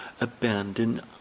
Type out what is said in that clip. abandon